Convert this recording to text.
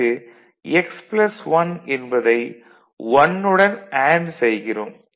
இந்த x plus 1 என்பதை 1 உடன் அண்டு செய்கிறோம்